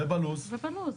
ובלו"ז.